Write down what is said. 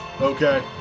Okay